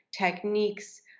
techniques